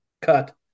Cut